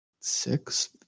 six